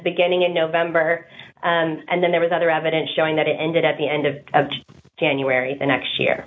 beginning in november and then there was other evidence showing that it ended at the end of january the next year